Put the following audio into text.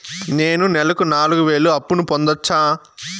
నేను నెలకు నాలుగు వేలు అప్పును పొందొచ్చా?